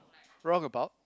wrong about